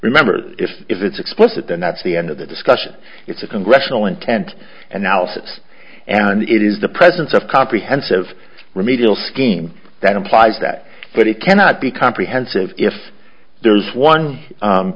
remember if it's explicit then that's the end of the discussion it's a congressional intent analysis and it is the presence of comprehensive remedial scheme that implies that but it cannot be comprehensive if there's one